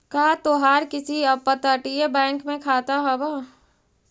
का तोहार किसी अपतटीय बैंक में खाता हाव